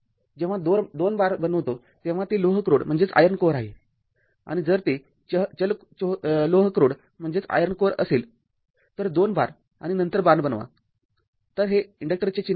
जेव्हा २ बार बनवतो तेव्हा ते लोह क्रोड आहे आणि जर ते चल लोह क्रोड असेल तर २ बार आणि नंतर बाण बनवा तर हे इन्डक्टरचे चिन्ह आहे